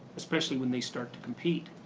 especially when they start to compete.